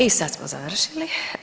I sad smo završili.